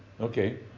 Okay